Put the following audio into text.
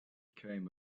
came